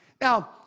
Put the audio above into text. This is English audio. Now